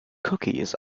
cookies